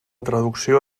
traducció